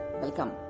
Welcome